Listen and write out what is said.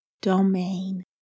domain